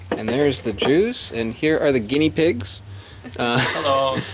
and there's the juice and here are the guinea pigs hello,